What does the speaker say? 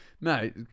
Mate